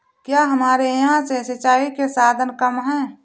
क्या हमारे यहाँ से सिंचाई के साधन कम है?